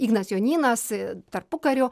ignas jonynas tarpukariu